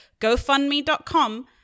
gofundme.com